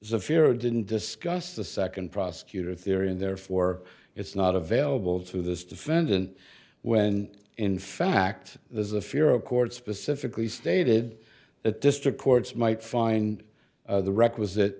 there's a fear or didn't discuss the second prosecutor theory and therefore it's not available to this defendant when in fact there's a fear a court specifically stated that district courts might find the requisite